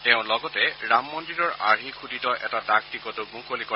তেওঁ লগতে ৰাম মদ্দিৰৰ আৰ্হি খোদিত এটা ডাক টিকটো মুকলি কৰে